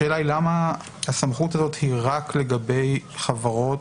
השאלה היא למה הסמכות הזאת היא רק לגבי חברות